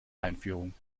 einführung